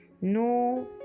No